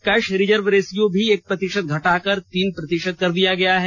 cash reserve ratio भी एक प्रतिषत घटाकर तीन प्रतिषत कर दिया गया है